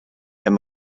and